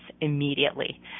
immediately